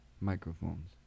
microphones